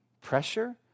pressure